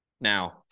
now